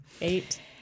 Eight